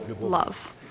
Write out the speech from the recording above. love